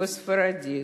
בספרדית.